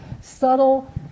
subtle